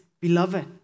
beloved